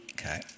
Okay